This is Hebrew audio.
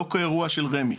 לא כאירוע של רמ"י.